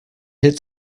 hit